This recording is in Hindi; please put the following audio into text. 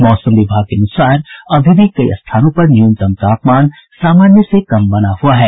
मौसम विभाग के अनुसार अभी भी कई स्थानों पर न्यूनतम तापमान सामान्य से कम बना हुआ है